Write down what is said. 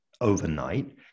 overnight